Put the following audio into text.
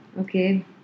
okay